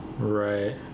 Right